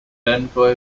envoy